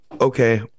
okay